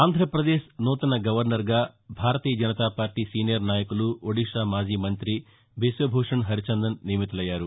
ఆంధ్రాపదేశ్ నూతన గవర్నర్గా భారతీయ జనతాపార్లీ సీనియర్ నాయకులు ఒడిషా మాజీ మంతి బిశ్వభూషణ్ హరిచందన్ నియమితులయ్యారు